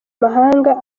mahanga